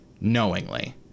knowingly